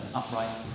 upright